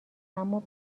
اما